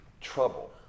trouble